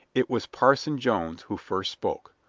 it was parson jones who first spoke.